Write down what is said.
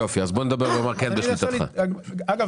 בוא